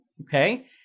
okay